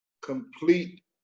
complete